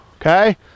okay